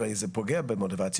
זה פוגע במוטיבציה,